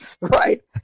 Right